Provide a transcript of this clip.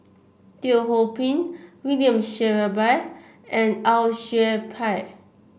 Teo Ho Pin William Shellabear and Au Yue Pak